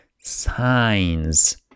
signs